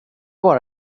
bara